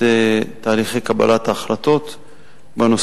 או ביותר